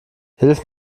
hilf